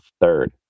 third